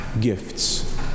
gifts